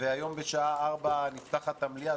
והיום בשעה 4:00 אחר הצוהריים נפתחת המליאה.